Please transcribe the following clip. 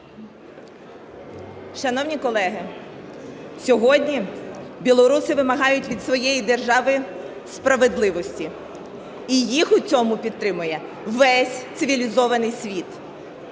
Шановні колеги, сьогодні білоруси вимагають від своєї держави справедливості, і їх у цьому підтримує весь цивілізований світ.